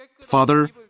Father